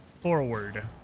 forward